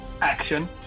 action